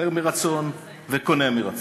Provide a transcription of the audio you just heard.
מוכר מרצון וקונה מרצון.